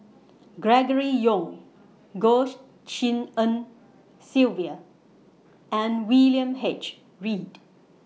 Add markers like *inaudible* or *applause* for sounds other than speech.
Gregory Yong Goh *noise* Tshin En Sylvia and William H Read